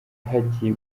hagiye